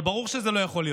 אבל ברור שזה לא יכול להיות,